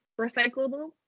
recyclable